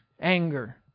anger